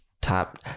top